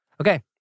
Okay